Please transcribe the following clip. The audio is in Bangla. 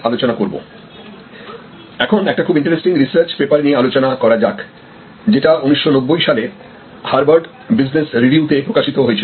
এখন একটা খুব ইন্টারেস্টিং রিসার্চ পেপার নিয়ে আলোচনা করা যাক যেটা 1990 সালে হার্ভার্ড বিজনেস রিভিউ তে প্রকাশিত হয়েছিল